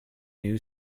new